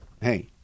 hey